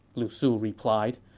lu su replied.